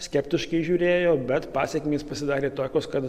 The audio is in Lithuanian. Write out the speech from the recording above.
skeptiškai žiūrėjo bet pasekmės pasidarė tokios kad